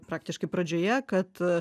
praktiškai pradžioje kad